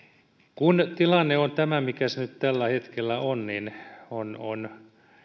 kun tilanne on tämä mikä se nyt tällä hetkellä on niin on